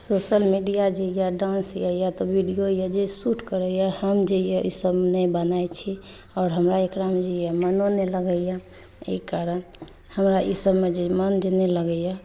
social media जे अइ dance अइ या तऽ वीडियो अइ जे सूट करैए हम जे यऽ ई सब नहि बनाए छी आओर हमरा एकरामे जे अइ मनो नहि लगैए एहि कारण हमरा ई सबमे जे मोन जे नहि लगैए